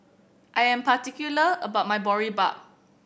I am particular about my Boribap